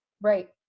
Right